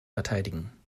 verteidigen